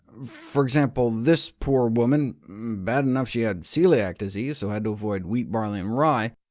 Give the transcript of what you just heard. for example, this poor woman bad enough she had celiac disease so had to avoid wheat, barley, and rye,